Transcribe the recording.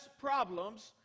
problems